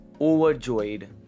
overjoyed